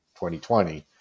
2020